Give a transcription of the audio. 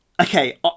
Okay